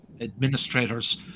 administrators